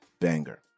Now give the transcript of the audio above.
Banger